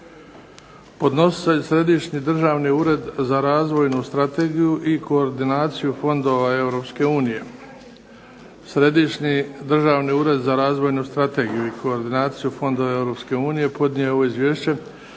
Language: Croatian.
Podnositelj Središnji državni ured za razvojnu strategiju i koordinaciju fondova Europske unije.